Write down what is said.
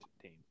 team